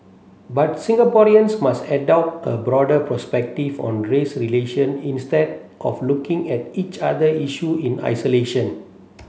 but Singaporeans must adopt a broader perspective on race relation instead of looking at each other issue in isolation